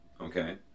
okay